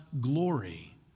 glory